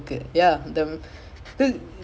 ya